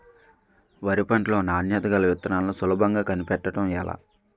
వరి పంట లో నాణ్యత గల విత్తనాలను సులభంగా కనిపెట్టడం ఎలా?